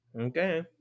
Okay